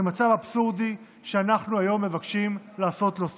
זה מצב אבסורדי שאנחנו היום מבקשים לעשות לו סוף.